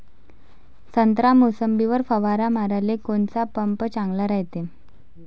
संत्रा, मोसंबीवर फवारा माराले कोनचा पंप चांगला रायते?